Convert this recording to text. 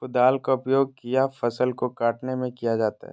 कुदाल का उपयोग किया फसल को कटने में किया जाता हैं?